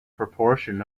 proportion